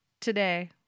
today